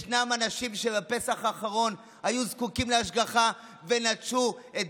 ישנם אנשים שבפסח האחרון היו זקוקים להשגחה ונטשו את